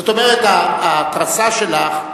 זאת אומרת, ההתרסה שלך,